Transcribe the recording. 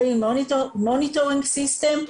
ה- European Monitoring System,